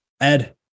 Ed